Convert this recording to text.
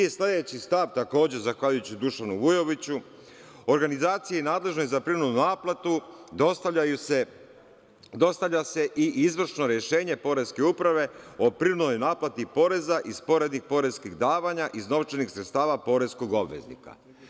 Sledeći stav, takođe, zahvaljujući Dušanu Vujoviću – organizaciji nadležnoj za prinudnu naplatu dostavlja se i izvršno rešenje poreske uprave o prinudnoj naplati poreza i sporednih poreskih davanja iz novčanih sredstava poreskog obveznika.